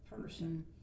person